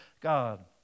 God